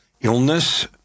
illness